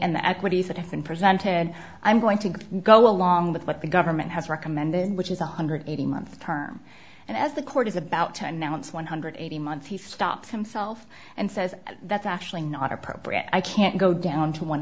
and the equities that have been presented i'm going to go along with what the government has recommended which is one hundred and eighteen month term and as the court is about to announce one hundred and eighty months he stops himself and says that's actually not appropriate i can't go down to one